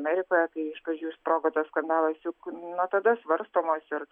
amerikoje tai iš pradžių sprogo tas skandalas nuo tada svarstomos ir